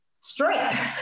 strength